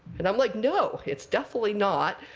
and i'm like, no, it's definitely not.